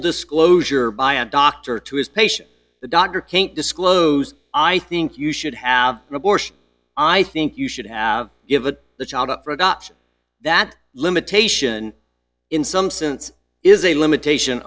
disclosure by a doctor to his patients the doctor can't disclose i think you should have an abortion i think you should have given the child up for adoption that limitation in some sense is a limitation